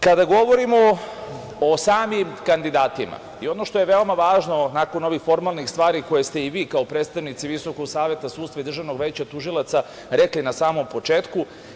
Kada govorimo o samim kandidatima i ono što je veoma važno nakon ovih formalnih stvari koje ste i vi, kao predstavnici Visokog saveta sudstva i Državnog veća tužilaca rekli na samom početku.